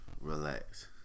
Relax